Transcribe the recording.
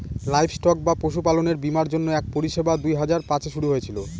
livestock বা পশুপালনের বীমার জন্য এক পরিষেবা দুই হাজার পাঁচে শুরু হয়েছিল